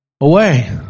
away